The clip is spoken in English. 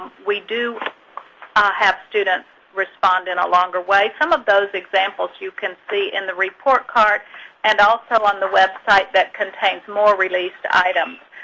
we do have students respond in a longer way. some of those examples you can see in the report card and also on the website that contains more released items.